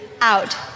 out